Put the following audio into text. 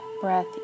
breath